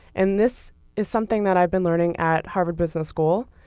and this is something that i've been learning at harvard business school.